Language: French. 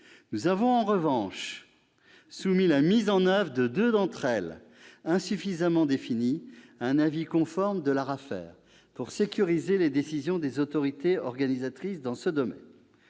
Nous avons en revanche soumis la mise en oeuvre de deux d'entre elles, insuffisamment définies, à un avis conforme de l'ARAFER, pour sécuriser les décisions des autorités organisatrices dans ce domaine.